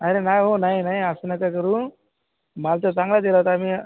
अरे नाही हो नाही नाही असं नका करू माल तर चांगला दिला होता आम्ही